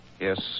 Yes